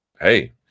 hey